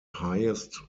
highest